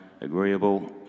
agreeable